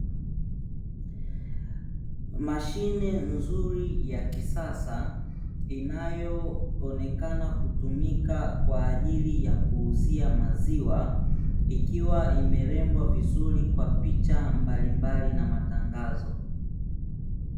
Mashine nzuri ya kisasa inayoonekana kutumika kwa ajili ya kuuzia maziwa, ikiwa imerembwa vizuri kwa picha mbalimbali na matangazo.